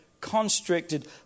constricted